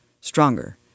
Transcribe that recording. stronger